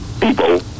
people